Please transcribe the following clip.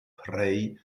pray